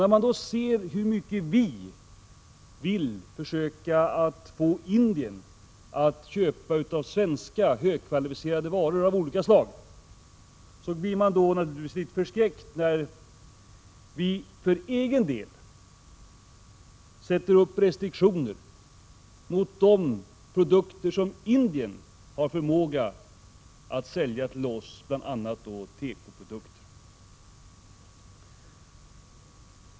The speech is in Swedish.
När man då beaktar hur mycket vi vill försöka få Indien att köpa av svenska högkvalificerade varor av olika slag så blir man naturligtvis litet förskräckt när man ser på de restriktioner som vi sätter upp gentemot de produkter som Indien har förmåga att sälja till oss, bl.a. teko-produkter.